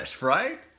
right